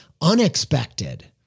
unexpected